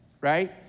right